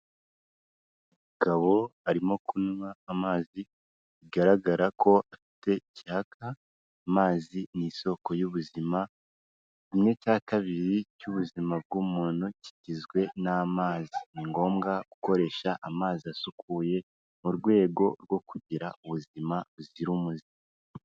Umugabo arimo kunywa amazi bigaragara ko afite icyaka, amazi ni isoko y'ubuzima, kimwe cya kabiri cy'ubuzima bw'umuntu kigizwe n'amazi, ni ngombwa gukoresha amazi asukuye mu rwego rwo kugira ubuzima buzira umuze.